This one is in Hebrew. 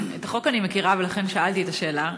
את החוק אני מכירה, ולכן שאלתי את השאלה.